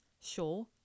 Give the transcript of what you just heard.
sure